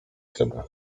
siebie